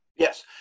Yes